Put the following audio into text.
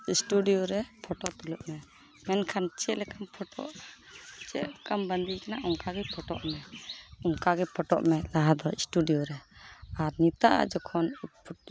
studio ᱨᱮ photo ᱛᱩᱞᱟᱹᱜ ᱢᱮ ᱢᱮᱱᱠᱷᱟᱱ ᱪᱮᱫ ᱞᱮᱠᱟ ᱯᱷᱳᱴᱳᱜᱼᱟ ᱪᱮᱫ ᱞᱮᱠᱟᱢ ᱵᱟᱸᱫᱮᱭ ᱠᱟᱱᱟ ᱚᱱᱠᱟᱜᱮ ᱯᱷᱳᱴᱳᱜ ᱢᱮ ᱚᱱᱠᱟᱜᱮ ᱯᱷᱳᱴᱳᱜ ᱢᱮ ᱞᱟᱦᱟ ᱫᱚ ᱥᱭᱩᱰᱤᱭᱳ ᱨᱮ ᱟᱨ ᱱᱤᱛᱟᱜ ᱟᱜ ᱡᱚᱠᱷᱚᱱ